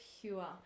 pure